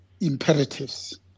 imperatives